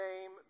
name